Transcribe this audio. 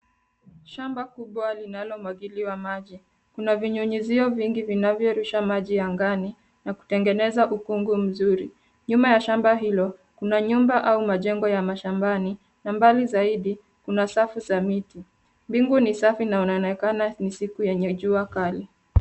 Shamba kubwa linalomwagiliwa maji kuna vinyunyiziwa vingi vinavyorusha maji angani na kutengeneza ukungu mzuri ,nyuma ya shamba hilo kuna nyumba au majengo ya mashambani na mbali zaidi kuna safu za miti ,mbingu ni safi na wanaonekana ni siku yenye jua kali.